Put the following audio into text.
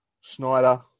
Schneider